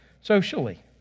socially